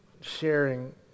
sharing